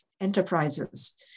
enterprises